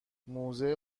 موزه